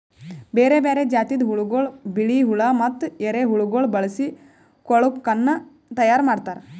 ಬೇರೆ ಬೇರೆ ಜಾತಿದ್ ಹುಳಗೊಳ್, ಬಿಳಿ ಹುಳ ಮತ್ತ ಎರೆಹುಳಗೊಳ್ ಬಳಸಿ ಕೊಳುಕನ್ನ ತೈಯಾರ್ ಮಾಡ್ತಾರ್